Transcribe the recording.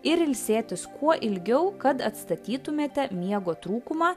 ir ilsėtis kuo ilgiau kad atstatytumėte miego trūkumą